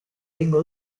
egingo